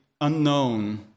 unknown